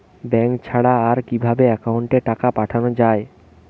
Bank ছাড়া আর কিভাবে একাউন্টে টাকা পাঠানো য়ায়?